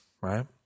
right